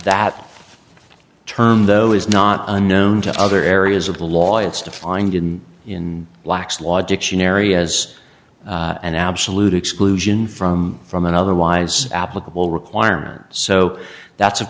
that term though is not unknown to other areas of the law it's defined in in black's law dictionary as an absolute exclusion from from an otherwise applicable requirement so that's of